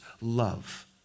love